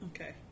Okay